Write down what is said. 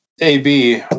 AB